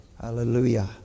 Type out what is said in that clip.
hallelujah